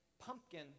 pumpkin